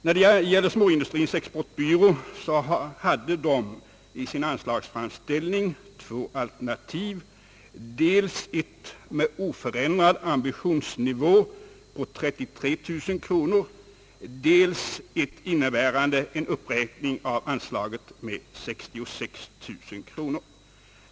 När det gäller småindustrins exportbyrå hade den i sin anslagsframställning två alternativ, dels ett med oförändrad ambitionsinvå på 33 000 kronor, dels ett, innebärande en uppräkning av anslaget, med 66 000 kronor.